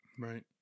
Right